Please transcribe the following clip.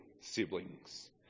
siblings